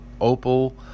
opal